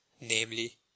namely